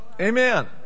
Amen